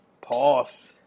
Pause